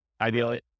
ideally